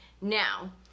now